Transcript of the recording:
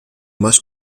más